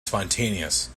spontaneous